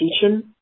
teaching